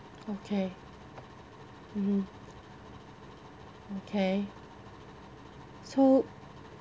okay mmhmm K so